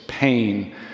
pain